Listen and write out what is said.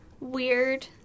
Weird